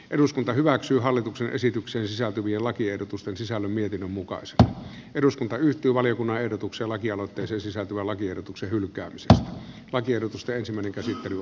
eduskunta hyväksyy hallituksen esitykseen sisältyviä lakiehdotusten sisällön mietinnön mukaan sitä eduskunta yhtyi valiokunnan ehdotuksen lakialoitteeseen sisältyvän lakiehdotuksen hylkäämistä lakiehdotusten käsittely